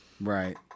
Right